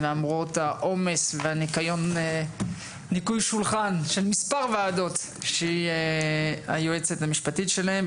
למרות העומס וניקוי השולחן של מספר ועדות שהיא היועצת המשפטית שלהן,